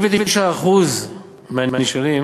89% מהנשאלים